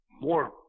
more